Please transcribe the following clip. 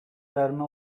verme